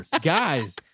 Guys